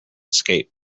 escape